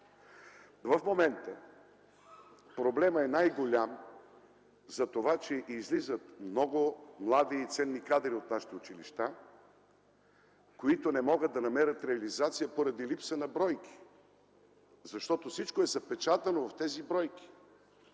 В момента проблемът е най-голям заради това, че излизат много млади и ценни кадри от нашите училища, които не могат да намерят реализация поради липса на бройки. Всичко е запечатано в тези бройки.